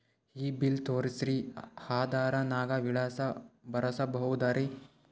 ಈ ಬಿಲ್ ತೋಸ್ರಿ ಆಧಾರ ನಾಗ ವಿಳಾಸ ಬರಸಬೋದರ?